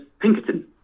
Pinkerton